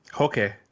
Okay